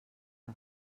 que